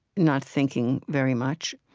not thinking very much,